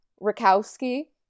Rakowski